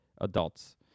adults